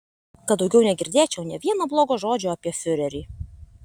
kad daugiau negirdėčiau nė vieno blogo žodžio apie fiurerį